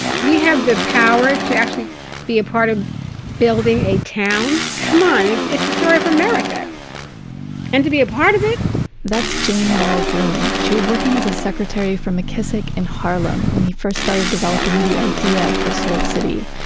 we have the power to actually be a part of building a town. come on, it's it's the story of america and to be a part of it that's jane ball-groom. she was working as a secretary for mckissick in harlem when he first started developing the idea for soul city,